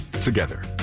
together